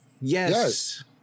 Yes